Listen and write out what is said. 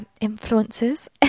influences